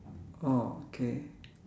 !wow! okay